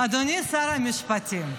אדוני שר המשפטים,